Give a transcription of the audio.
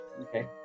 Okay